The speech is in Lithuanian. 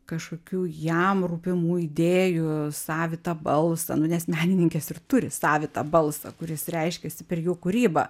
kažkokių jam rūpimų idėjų savitą balsą nu nes menininkės ir turi savitą balsą kuris reiškiasi per jų kūrybą